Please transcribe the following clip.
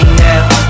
now